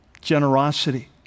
Generosity